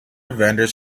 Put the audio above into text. vendors